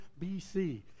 BC